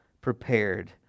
prepared